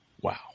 wow